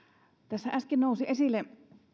tässä äsken nousi esille semmoinen asia että tieto